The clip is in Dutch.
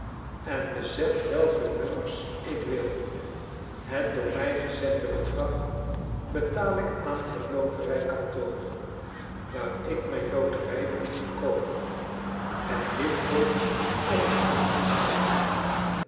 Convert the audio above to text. en bezet welke nummers ik wil het door mij gezette bedrag betaal ik aan het loterijkantoor waar ik mijn loterij brief je koop en dit wordt op het briefje vermeld